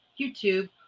YouTube